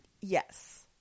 Yes